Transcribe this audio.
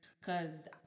Cause